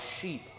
sheep